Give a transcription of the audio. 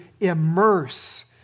immerse